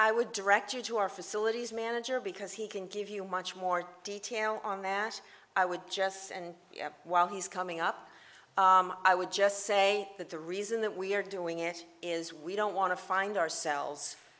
i would direct you to our facilities manager because he can give you much more detail on that i would just and while he's coming up i would just say that the reason that we're doing it is we don't want to find ourselves